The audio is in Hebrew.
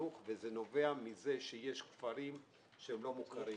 החינוך והם נובעים מכך שיש כפרים שהם לא מוכרים.